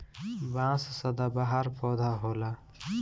बांस सदाबहार पौधा होला